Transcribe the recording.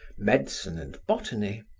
medicine and botany,